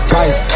Guys